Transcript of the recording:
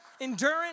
endurance